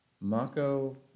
Mako